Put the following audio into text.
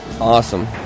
Awesome